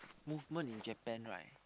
movement in Japan right